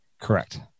Correct